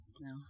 No